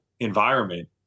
environment